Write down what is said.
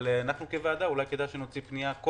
אבל אנחנו כוועדה אולי כדאי שנוציא פנייה כל